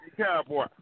cowboy